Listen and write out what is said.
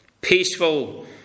peaceful